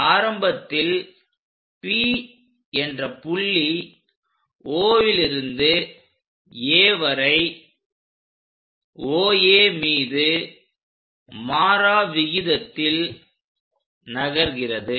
ஆரம்பத்தில் P என்ற புள்ளி Oலிருந்து A வரை OA மீது மாறா விகிதத்தில் நகர்கிறது